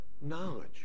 knowledge